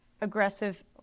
aggressive